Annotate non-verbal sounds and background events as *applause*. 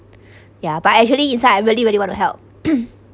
*breath* ya but actually inside I really really want to help *coughs*